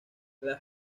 los